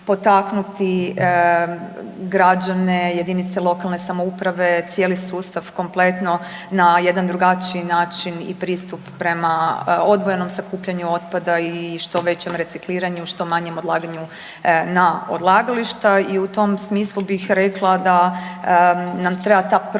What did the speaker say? potaknuti građane i jedinice lokalne samouprave, cijeli sustav kompletno na jedan drugačiji način i pristup prema odvojenom sakupljanju otpada i što većem recikliranju i što manjem odlaganju na odlagališta. I u tom smislu bih rekla da nam treba ta promjena